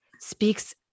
speaks